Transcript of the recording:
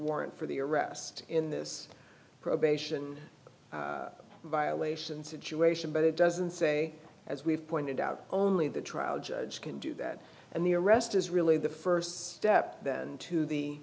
warrant for the arrest in this probation violation situation but it doesn't say as we've pointed out only the trial judge can do that and the arrest is really the first step then to the